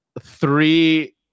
three